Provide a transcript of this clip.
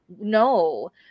No